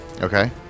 Okay